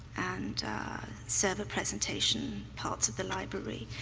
and several presentation parts of the library,